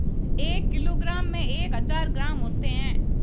एक किलोग्राम में एक हज़ार ग्राम होते हैं